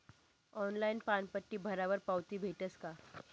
Online पानपट्टी भरावर पावती भेटस का?